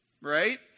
right